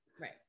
Right